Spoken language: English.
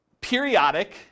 periodic